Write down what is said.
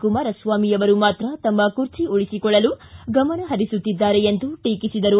ಕುಮಾರಸ್ವಾಮಿ ಅವರು ಮಾತ್ರ ತಮ್ಮ ಕುರ್ಚಿ ಉಳಿಸಿಕೊಳ್ಳಲು ಗಮನ ಪರಿಸುತ್ತಿದ್ದಾರೆ ಎಂದು ಟೀಕಿಸಿದರು